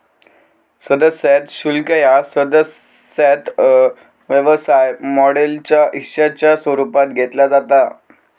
सदस्यता शुल्क ह्या सदस्यता व्यवसाय मॉडेलच्या हिश्शाच्या स्वरूपात घेतला जाता